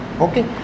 okay